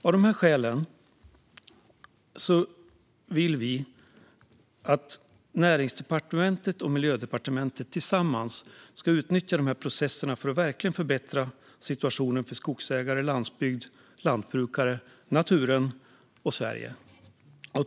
Av de här skälen vill vi att Näringsdepartementet och Miljödepartementet tillsammans ska utnyttja dessa processer för att verkligen förbättra situationen för skogsägare, landsbygd, lantbrukare, natur och Sverige.